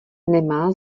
nemá